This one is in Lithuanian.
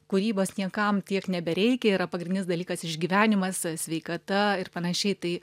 kūrybos niekam tiek nebereikia yra pagrindinis dalykas išgyvenimas sveikata ir panašiai tai